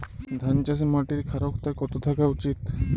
ধান চাষে মাটির ক্ষারকতা কত থাকা উচিৎ?